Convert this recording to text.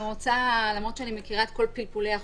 למרות שאני מכירה את כל פלפולי החוק,